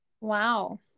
Wow